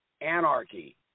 anarchy